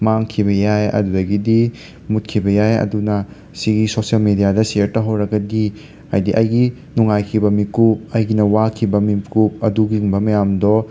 ꯃꯥꯡꯈꯤꯕ ꯌꯥꯏ ꯑꯗꯨꯗꯒꯤꯗꯤ ꯃꯨꯠꯈꯤꯕ ꯌꯥꯏ ꯑꯗꯨꯅ ꯁꯤꯒꯤ ꯁꯣꯁꯦꯜ ꯃꯦꯗꯤꯌꯥꯗ ꯁꯤꯌꯔ ꯇꯧꯍꯧꯔꯒꯗꯤ ꯍꯥꯏꯗꯤ ꯑꯩꯒꯤ ꯅꯨꯡꯉꯥꯏꯈꯤꯕ ꯃꯤꯠꯀꯨꯞ ꯑꯩꯒꯤꯅ ꯋꯥꯈꯤꯕ ꯃꯤꯠꯀꯨꯞ ꯑꯗꯨꯒꯤꯒꯨꯝꯕ ꯃꯌꯥꯝꯗꯣ